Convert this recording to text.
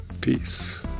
Peace